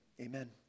Amen